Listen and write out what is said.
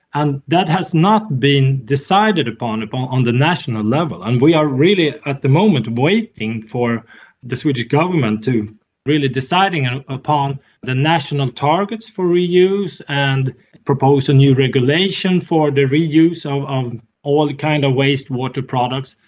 and that has not been decided upon upon on the national level, and we are really at the moment waiting for the swedish government to really decide upon the national targets for reuse and propose a new regulation for the reuse of so um all the kind of wastewater products.